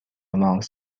amongst